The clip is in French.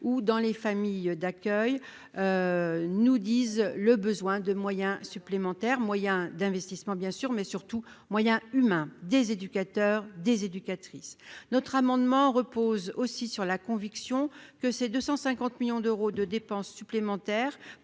ou dans les familles d'accueil, nous disent le besoin de moyens supplémentaires moyen d'investissement bien sûr mais surtout moyens humains, des éducateurs, des éducatrices notre amendement repose aussi sur la conviction que ces 250 millions d'euros de dépenses supplémentaires